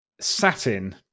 satin